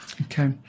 Okay